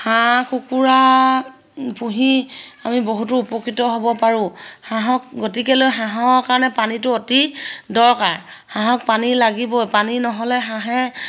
হাঁহ কুকুৰা পুহি আমি বহুতো উপকৃত হ'ব পাৰোঁ হাঁহক গতিকেলৈ হাঁহৰ কাৰণে পানীটো অতি দৰকাৰ হাঁহক পানী লাগিবই পানী নহ'লে হাঁহে